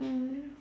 mm